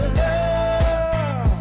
love